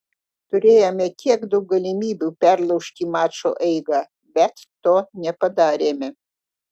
turėjome tiek daug galimybių perlaužti mačo eigą bet to nepadarėme